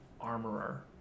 Armorer